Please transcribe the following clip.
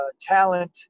talent